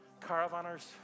Caravanners